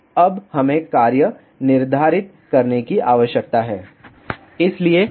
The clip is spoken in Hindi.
अब हमें कार्य निर्धारित करने की आवश्यकता है